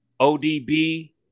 ODB